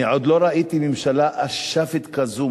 אני עוד לא ראיתי ממשלה אשפית כזו,